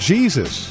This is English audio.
Jesus